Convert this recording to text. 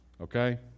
Okay